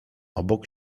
obok